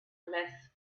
less